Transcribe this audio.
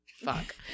Fuck